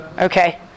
okay